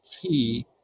key